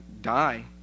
die